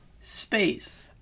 space